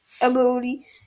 ability